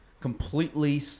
completely